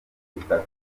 butaka